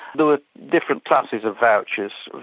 there were different classes of vouchers.